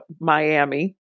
Miami